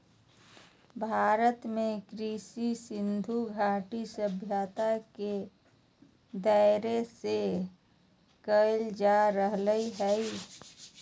भारत में कृषि सिन्धु घटी सभ्यता के दौर से कइल जा रहलय हें